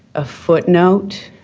a footnote,